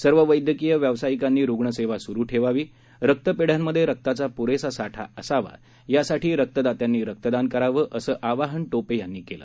सर्व वैद्यकीय व्यावसायिकांनी रुग्णसेवा सुरू ठेवावी रक्तपेढ्यांमध्ये रक्ताचा पुरेसा साठा असावा यासाठी रक्तदात्यांनी रक्तदान करावं असं आवाहन टोपे यांनी केलं